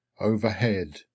overhead